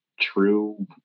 true